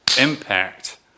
impact